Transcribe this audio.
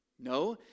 No